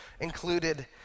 included